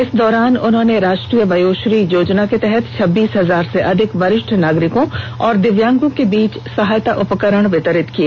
इस दौरान उन्होंने राष्ट्रीय वयोश्री योजना के तहत छब्बीस हजार से अधिक वरिष्ठ नागरिकों और दिव्यांगों के बीच सहायता उपकरण वितरित किए